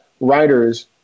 writers